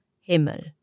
Himmel